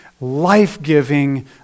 life-giving